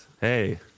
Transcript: hey